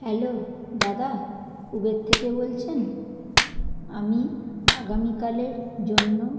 hello দাদা Uber থেকে বলছেন আমি আগামীকালের জন্য